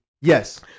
Yes